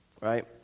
Right